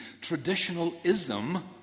traditionalism